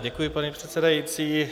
Děkuji, paní předsedající.